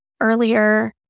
earlier